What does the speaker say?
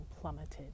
plummeted